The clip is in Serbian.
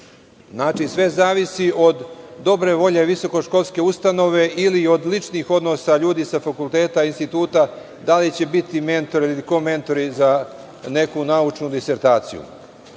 sve zavisi od dobre volje visoko školske ustanove ili od ličnih odnosa ljudi sa fakulteta, instituta, da li će biti mentori ili komentori za neku naučnu disertaciju.